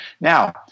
Now